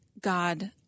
God